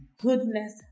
Goodness